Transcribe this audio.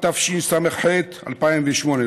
התשס"ח 2008,